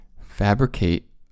Fabricate